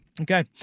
Okay